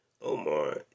Omar